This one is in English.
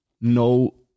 No